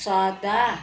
सदा